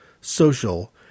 social